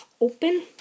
open